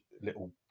little